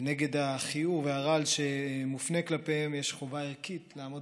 ונגד הכיעור והרעל שמופנה כלפיהן יש חובה ערכית לעמוד